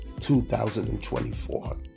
2024